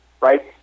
right